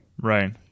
right